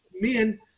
men